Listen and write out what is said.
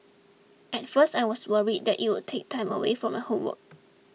at first I was worried that it would take time away from her homework